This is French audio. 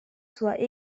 soient